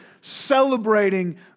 celebrating